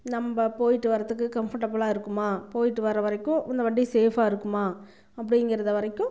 நம்ம போய்விட்டு வரத்துக்கு கம்ஃபர்டபுளாக இருக்குமா போய்விட்டு வரவரைக்கும் இந்த வண்டி சேஃபாக இருக்குமா அப்படிங்குறது வரைக்கும்